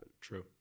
True